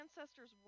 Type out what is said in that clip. ancestors